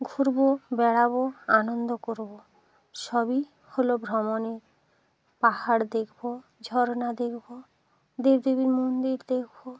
ঘুরবো বেড়াবো আনন্দ করবো সবই হলো ভ্রমণে পাহাড় দেখবো ঝরনা দেখবো দেব দেবীর মন্দির দেখবো